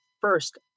first